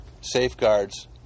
safeguards